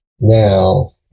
Now